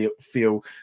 feel